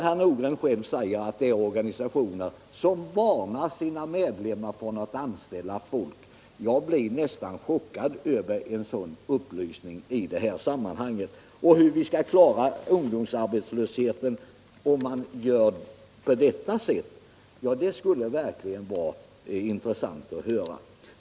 Herr Nordgren säger att det finns organisationer som varnar sina medlemmar för att anställa folk på grund av trygghetslagarna. Jag blir nästan chockad över en sådan upplysning i det här sammanhanget. Hur man skall klara ungdomsarbetslösheten om man gör på det sättet skulle det verkligen vara intressant att höra.